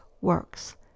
works